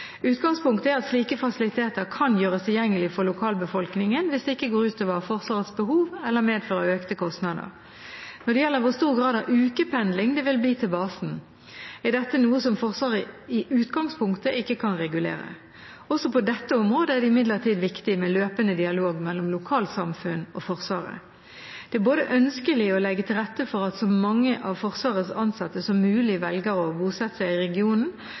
Utgangspunktet er at slike fasiliteter kan gjøres tilgjengelig for lokalbefolkningen hvis det ikke går ut over Forsvarets behov eller medfører økte kostnader. Når det gjelder hvor stor grad av ukependling det vil bli til basen, er dette noe som Forsvaret i utgangspunktet ikke kan regulere. Også på dette området er det imidlertid viktig med løpende dialog mellom lokalsamfunn og Forsvaret. Det er både ønskelig å legge til rette for at så mange av Forsvarets ansatte som mulig velger å bosette seg i regionen,